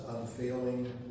unfailing